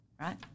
Right